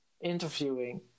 interviewing